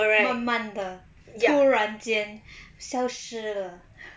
慢慢的突然间消失了